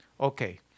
okay